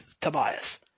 Tobias